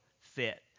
fit